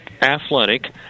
athletic